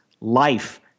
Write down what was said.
life